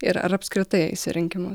ir ar apskritai eis į rinkimu